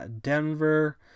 Denver